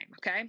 okay